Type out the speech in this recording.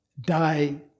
die